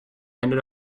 ended